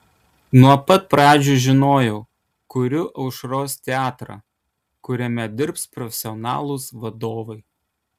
nuo pat pradžių žinojau kuriu aušros teatrą kuriame dirbs profesionalūs vadovai